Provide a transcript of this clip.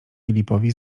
filipowi